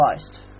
Christ